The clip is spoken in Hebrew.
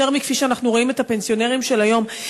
מכפי שאנחנו רואים את הפנסיונרים של היום.